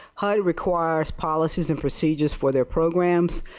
head requires policies and procedures for their programs.